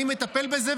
אני מטפל בזה,